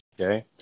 Okay